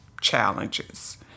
challenges